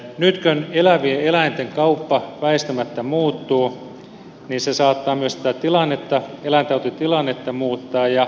nyt kun elävien eläinten kauppa väistämättä muuttuu niin se saattaa myös sitä eläintautitilannetta muuttaa